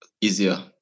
easier